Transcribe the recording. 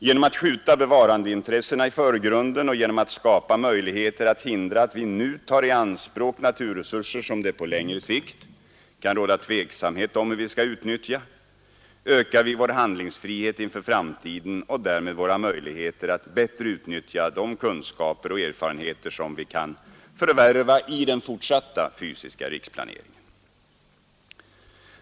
Genom att skjuta bevarandeintressena i förgrunden och genom att skapa möjligheter att hindra att vi nu tar i anspråk naturresurser som det på längre sikt kan råda tveksamhet om hur vi bör utnyttja ökar vi vår handlingsfrihet inför framtiden och därmed våra möjligheter att bättre utnyttja de kunskaper och erfarenheter som vi kan förvärva i den fortsatta fysiska riksplaneringen.